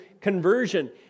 conversion